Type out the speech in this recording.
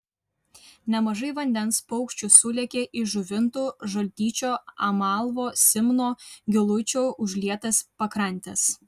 nemažai vandens paukščių sulėkė į žuvinto žaltyčio amalvo simno giluičio užlietas pakrantes